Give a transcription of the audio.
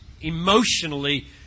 emotionally